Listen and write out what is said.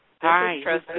Hi